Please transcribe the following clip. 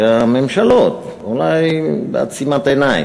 שהממשלות, אולי בעצימת עיניים,